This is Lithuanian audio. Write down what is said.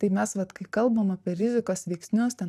tai mes vat kai kalbam apie rizikos veiksnius ten